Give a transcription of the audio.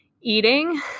eating